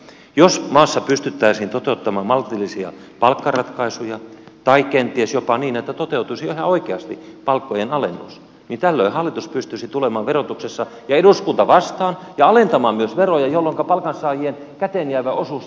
jos maassa pystyttäisiin toteuttamaan maltillisia palkkaratkaisuja tai kenties jopa toteutuisi ihan oikeasti palkkojen alennus niin tällöin hallitus ja eduskunta pystyisivät tulemaan verotuksessa vastaan ja alentamaan myös veroja jolloinka palkansaajien käteen jäävä osuus ei pienenisikään